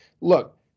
Look